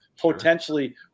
potentially